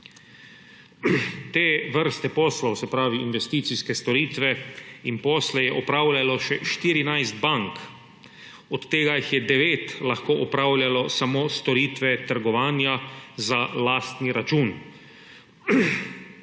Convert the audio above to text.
Te vrste poslov, se pravi investicijske storitve in posle, je opravljalo še 14 bank, od tega jih je 9 lahko opravljalo samo storitve trgovanja za lastni račun.